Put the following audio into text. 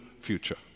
future